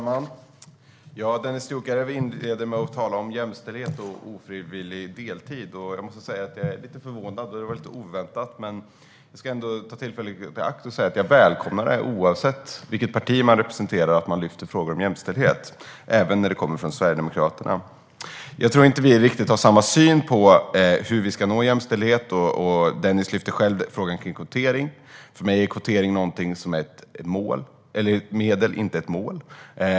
Herr talman! Dennis Dioukarev inleder med att tala om jämställdhet och ofrivillig deltid. Jag måste säga att jag är lite förvånad. Det var lite oväntat. Men jag ska ändå ta tillfället i akt att säga att oavsett vilket parti man representerar välkomnar jag att man lyfter fram frågor om jämställdhet, även Sverigedemokraterna. Jag tror dock inte att vi har riktigt samma syn på hur vi ska nå jämställdhet. Dennis Dioukarev tog själv upp frågan om kvotering. För mig är kvotering ett medel, inte ett mål.